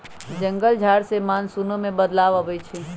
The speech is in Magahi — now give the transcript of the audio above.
जंगल झार से मानसूनो में बदलाव आबई छई